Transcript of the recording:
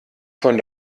von